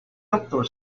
doctor